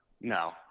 no